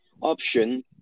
option